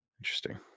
Interesting